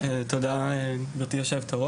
תודה רבה.